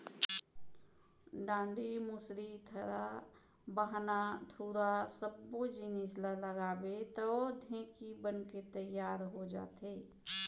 डांड़ी, मुसरी, थरा, बाहना, धुरा सब्बो जिनिस ल लगाबे तौ ढेंकी बनके तियार हो जाथे